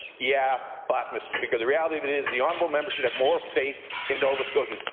yeah, but, mr. speaker. the reality of it is the honourable member should have more faith in nova scotians.